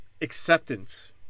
acceptance